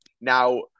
Now